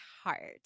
heart